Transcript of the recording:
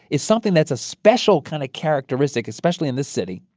is something that's a special kind of characteristic, especially in this city,